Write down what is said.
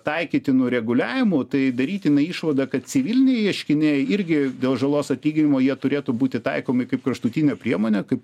taikytinu reguliavimu tai darytina išvada kad civiliniai ieškiniai irgi dėl žalos atlyginimo jie turėtų būti taikomi kaip kraštutinė priemonė kaip